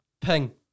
Ping